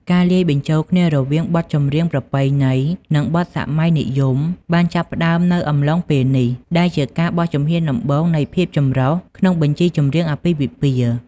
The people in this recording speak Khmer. ការលាយបញ្ចូលគ្នារវាងបទចម្រៀងប្រពៃណី និងបទសម័យនិយមបានចាប់ផ្តើមនៅអំឡុងពេលនេះ ដែលជាការបោះជំហានដំបូងនៃភាពចម្រុះក្នុងបញ្ជីចម្រៀងអាពាហ៍ពិពាហ៍។